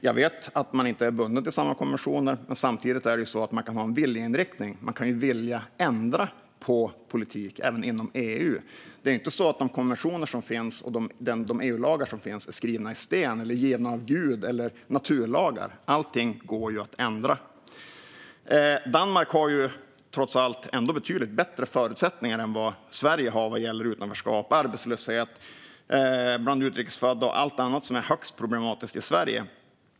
Jag vet att man inte är bunden till samma konventioner, men samtidigt är det så att man kan ha en viljeinriktning - att man kan vilja ändra på politik även inom EU. Det är inte så att de konventioner och EU-lagar som finns är skrivna i sten, givna av gud eller naturlagar, utan allt går att ändra. Danmark har trots allt betydligt bättre förutsättningar än Sverige vad gäller utanförskap och arbetslöshet bland utrikes födda och allt annat som är högst problematiskt i Sverige.